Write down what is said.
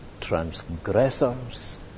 transgressors